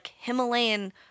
Himalayan